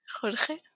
Jorge